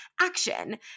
action